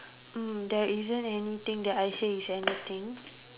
mm there isn't anything that I say is anything